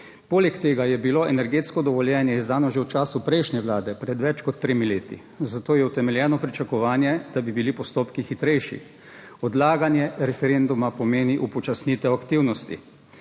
Poleg tega je bilo energetsko dovoljenje izdano že v času prejšnje vlade pred več kot tremi leti, zato je utemeljeno pričakovanje, da bi bili postopki hitrejši. Odlaganje referenduma pomeni upočasnitev aktivnosti.